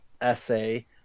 essay